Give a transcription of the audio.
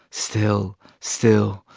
still, still,